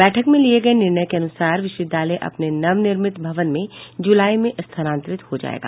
बैठक में लिये गये निर्णय के अनुसार विश्वविद्यालय अपने नवनिर्मित भवन में जुलाई में स्थानांतरित हो जायेगा